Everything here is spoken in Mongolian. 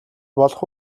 болох